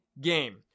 game